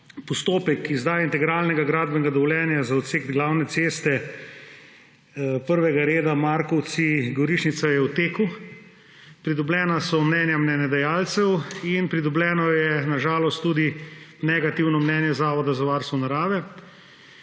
postopek izdaje integralnega gradbenega dovoljenja za odsek glavne ceste prvega reda Markovci–Gorišnica je v teku. Pridobljena so mnenja mnenjedajalcev in pridobljeno je, na žalost, tudi negativno mnenje Zavoda za varstvo narave.